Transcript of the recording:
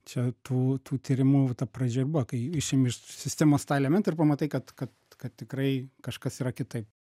čia tų tų tyrimų ta pradžia ir buvo kai išimi iš sistemos tą elementą ir pamatai kad kad kad tikrai kažkas yra kitai